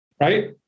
right